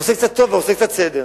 עושה קצת טוב ועושה קצת סדר.